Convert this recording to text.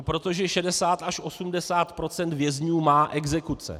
Protože 60 až 80 % vězňů má exekuce.